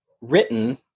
written